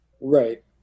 Right